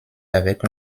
avec